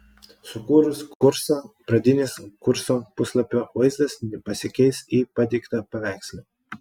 sukūrus kursą pradinis kurso puslapio vaizdas pasikeis į pateiktą paveiksle